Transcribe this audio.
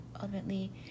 ultimately